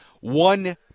one